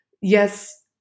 yes